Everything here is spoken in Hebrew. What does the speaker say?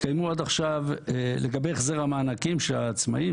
קיימו עד עכשיו לגבי החזר המענקים של העצמאים,